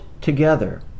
together